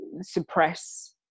suppress